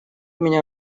меня